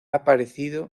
aparecido